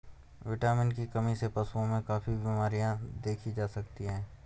vitamin की कमी से पशुओं में काफी बिमरियाँ देखी जा सकती हैं